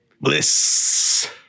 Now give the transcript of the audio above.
Bliss